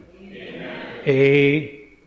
Amen